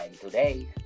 today